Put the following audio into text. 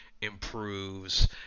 improves